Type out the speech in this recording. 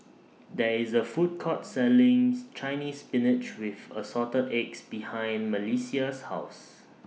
There IS A Food Court Selling Chinese Spinach with Assorted Eggs behind Melissia's House